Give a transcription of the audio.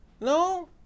No